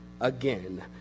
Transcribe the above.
Again